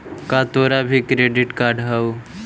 का तोरा भीर क्रेडिट कार्ड हउ?